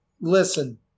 listen